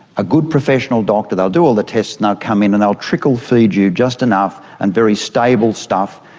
a good professional doctor, they'll do all the tests and they'll come in and they'll trickle-feed you just enough and very stable stuff,